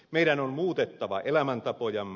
meidän on muutettava elämäntapojamme